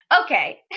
Okay